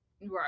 Right